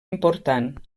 important